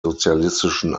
sozialistischen